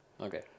Okay